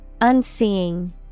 Unseeing